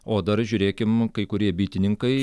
o dar žiūrėkim kai kurie bitininkai